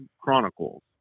chronicles